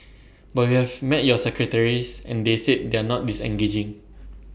but we have met your secretaries and they said they are not disengaging